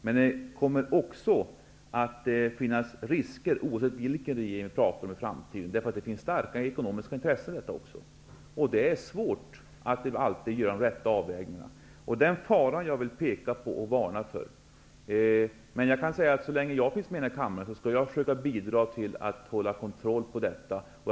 Men det kommer också att finnas risker, oavsett vilken regering som vi kommer att få i framtiden, eftersom det finns starka ekonomiska intressen i detta sammanhang. Det är svårt att alltid göra de rätta avvägningarna, och det är en fara som jag vill peka på och varna för. Så länge jag finns kvar i denna kammare skall jag försöka bidra till att hålla kontroll på vapenexportfrågorna.